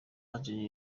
ange